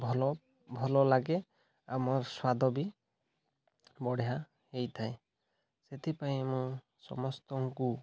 ଭଲ ଭଲ ଲାଗେ ଆଉ ମୋର୍ ସ୍ୱାଦ ବି ବଢ଼ିଆ ହୋଇଥାଏ ସେଥିପାଇଁ ମୁଁ ସମସ୍ତଙ୍କୁ